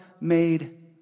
made